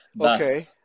Okay